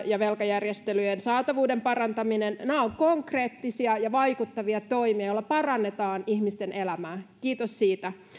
ja velkajärjestelyjen saatavuuden parantaminen nämä ovat konkreettisia ja vaikuttavia toimia joilla parannetaan ihmisten elämää kiitos siitä